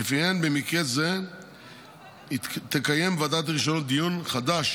שלפיהן במקרה זה תקיים ועדת הרישיונות דיון מחדש